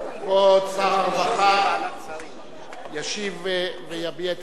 כבוד שר הרווחה ישיב ויביע את עמדת הממשלה.